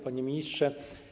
Panie Ministrze!